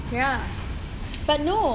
ya but no